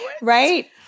Right